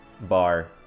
bar